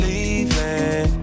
Leaving